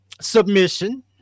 submission